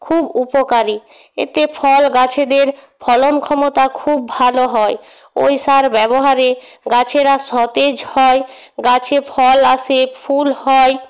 খুব উপকারী এতে ফল গাছেদের ফলন ক্ষমতা খুব ভালো হয় ওই সার ব্যবহারে গাছেরা সতেজ হয় গাছে ফল আসে ফুল হয়